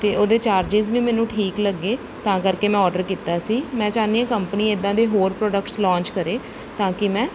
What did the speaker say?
ਅਤੇ ਉਹਦੇ ਚਾਰਜਿਸ ਵੀ ਮੈਨੂੰ ਠੀਕ ਲੱਗੇ ਤਾਂ ਕਰਕੇ ਮੈਂ ਔਡਰ ਕੀਤਾ ਸੀ ਮੈਂ ਚਾਹੁੰਦੀ ਹਾਂ ਕੰਪਨੀ ਐਦਾਂ ਦੇ ਹੋਰ ਪ੍ਰੋਡਕਟਸ ਲੋਂਚ ਕਰੇ ਤਾਂ ਕਿ ਮੈਂ